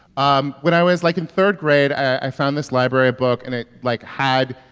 um when i was, like, in third grade, i found this library book. and it, like, had,